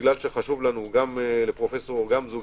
בגלל שחשוב גם לפרופ' גמזו,